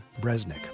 Bresnik